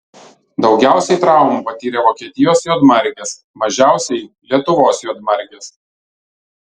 daugiausiai traumų patyrė vokietijos juodmargės mažiausiai lietuvos juodmargės